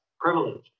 privilege